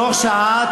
תוך שעה,